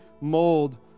mold